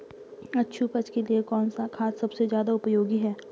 अच्छी उपज के लिए कौन सा खाद सबसे ज़्यादा उपयोगी है?